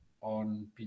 on